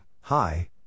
hi